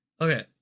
Okay